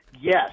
Yes